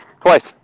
twice